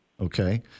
Okay